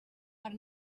per